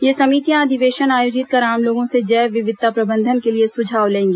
ये समितियां अधिवेशन आयोजित कर आम लोगों से जैव विविधता प्रबंधन के लिए सुझाव लेंगी